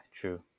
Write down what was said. true